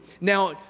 Now